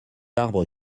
arbre